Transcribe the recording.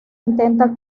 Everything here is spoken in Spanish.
intenta